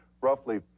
roughly